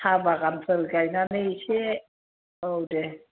साहा बागानफोर गायनानै एसे औ दे